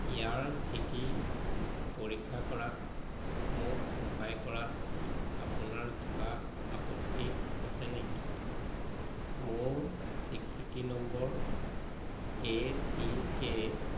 ইয়াৰ স্থিতি পৰীক্ষা কৰাত মোক সহায় কৰাত আপোনাৰ কিবা আপত্তি আছে নেকি মোৰ স্বীকৃতি নম্বৰ এ চি কে